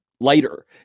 lighter